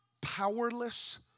powerless